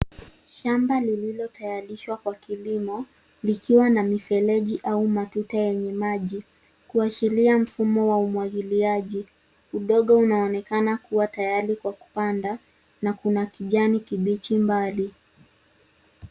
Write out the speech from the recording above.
Shamba lililotayarishwa kwa kilimo likiwa na mifereji au matuta yenye maji kuwasilia mfumo wa umwagiliaji. Udongo unaonekana kuwa tayari kwa kupanda, na kuna kijani kibichi mbali.